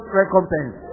recompense